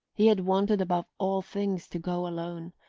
he had wanted above all things to go alone,